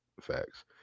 Facts